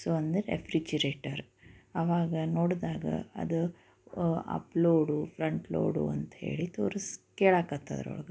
so ಅಂದರೆ refrigerator ಆವಾಗ ನೋಡಿದಾಗ ಅದು ಅಪ್ಲೋಡು ಫ್ರಂಟ್ ಲೋಡು ಅಂತ್ಹೇಳಿ ತೋರಿಸ್ ಕೇಳಾಕತ್ತದ್ರೊಳಗೆ